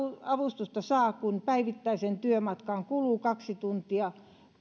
avustusta saa kun päivittäiseen työmatkaan kuluu kaksi tuntia